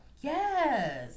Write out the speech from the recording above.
Yes